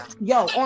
yo